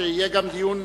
יהיה גם דיון,